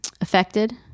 affected